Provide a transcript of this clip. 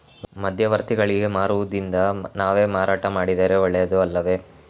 ಮಧ್ಯವರ್ತಿಗಳಿಗೆ ಮಾರುವುದಿಂದ ನಾವೇ ಮಾರಾಟ ಮಾಡಿದರೆ ಒಳ್ಳೆಯದು ಅಲ್ಲವೇ?